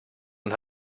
und